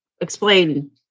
explain